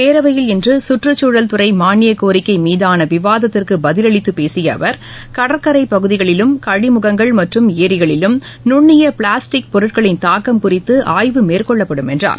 பேரவையில் இன்று குற்றுச்சூழல் துறை மானியக் கோரிக்கை மீதான விவாதத்திற்கு பதில் அளித்து பேசிய அவர் கடற்கடை பகுதிகளிலும் கழிமுகங்கள் மற்றும் ஏரிகளிலும் நுண்ணிய பிளாஸ்டிக் பொருட்களின் தூக்கம் குறித்து ஆய்வு மேற்கொள்ளப்படும் என்றார்